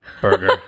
burger